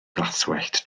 glaswellt